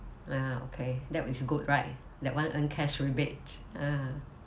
ah okay that is good right that [one] earn cash rebate ah